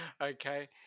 Okay